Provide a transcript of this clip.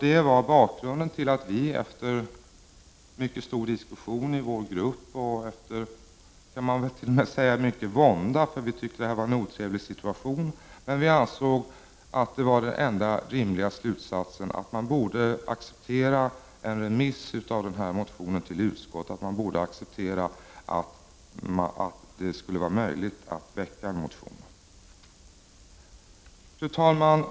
Det var bakgrunden till att vi, efter en mycket stor diskussion i vår grupp — och man kan t.o.m. säga efter mycken vånda, för vi tyckte detta var en otrevlig situation — ansåg att den enda möjliga slutsatsen vara att man borde acceptera en remiss av motionen till utskott, att man borde acceptera att det skulle vara möjligt att väcka en motion. Fru talman!